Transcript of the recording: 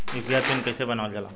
UPI PIN कइसे बनावल जाला?